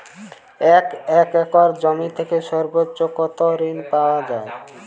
এক একর জমি থেকে সর্বোচ্চ কত কৃষিঋণ পাওয়া য়ায়?